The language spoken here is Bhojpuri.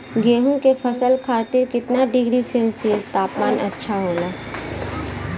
गेहूँ के फसल खातीर कितना डिग्री सेल्सीयस तापमान अच्छा होला?